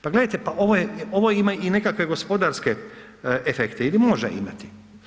Pa gledajte, ovo ima i nekakve gospodarske efekte ili može imati.